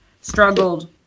struggled